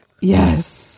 Yes